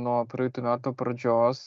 nuo praeitų metų pradžios